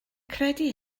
credu